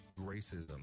Racism